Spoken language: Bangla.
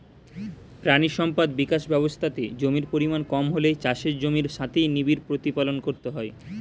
প্রাণী সম্পদ বিকাশ ব্যবস্থাতে জমির পরিমাণ কম হলে চাষের জমির সাথেই নিবিড় প্রতিপালন করতে হয়